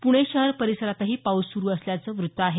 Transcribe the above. पुणे शहर परिसरातही पाऊस सुरू असल्याचं वृत्त आहे